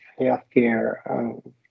healthcare